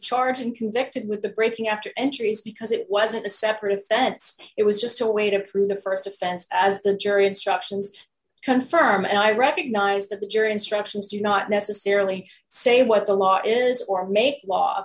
and convicted with the breaking after entries because it wasn't a separate sets it was just a way to prove the st offense as the jury instructions confirm and i recognize that the jury instructions do not necessarily say what the law is or make law